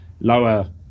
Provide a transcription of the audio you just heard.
lower